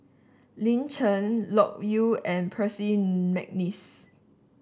Lin Chen Loke Yew and Percy McNeice